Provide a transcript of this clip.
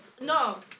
no